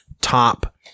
top